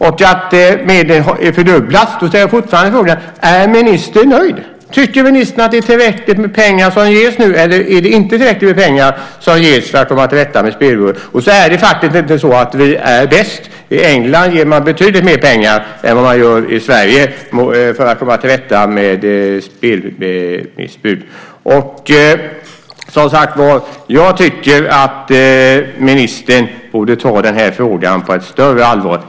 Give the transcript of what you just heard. När det gäller att medlen fördubblas frågar jag: Är ministern nöjd? Tycker ministern att det är tillräckligt med pengar som ges nu, eller är det inte tillräckligt med pengar som ges för att komma till rätta med spelberoendet? Vi är faktiskt inte bäst. I England ger man betydligt mer pengar än vad man gör i Sverige för att komma till rätta med spelmissbruk. Jag tycker att ministern borde ta den här frågan på ett större allvar.